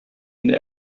and